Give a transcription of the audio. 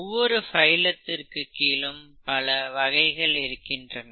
ஒவ்வொரு பைலம் கீழ் பல வகைகள் இருக்கின்றன